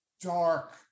dark